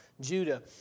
Judah